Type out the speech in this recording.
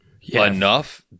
enough